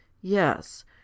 Yes